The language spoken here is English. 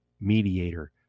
mediator